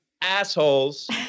assholes